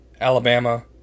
Alabama